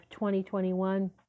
2021